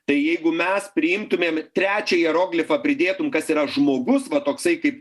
tai jeigu mes priimtumėm trečią hieroglifą pridėtum kas yra žmogus va toksai kaip